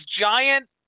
giant –